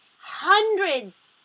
Hundreds